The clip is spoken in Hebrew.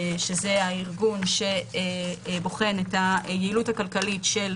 שבוחן את היעילות הכלכלית של